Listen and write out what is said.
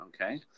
okay